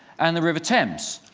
and the river thames,